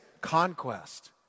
conquest